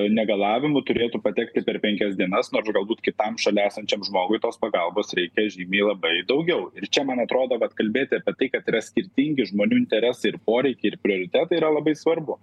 negalavimu turėtų patekti per penkias dienas nors galbūt kitam šalia esančiam žmogui tos pagalbos reikia žymiai labai daugiau ir čia man atrodo vat kalbėti apie tai kad yra skirtingi žmonių interesai ir poreikiai ir prioritetai yra labai svarbu